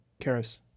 Karis